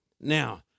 Now